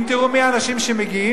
אם תראו מי האנשים שמגיעים,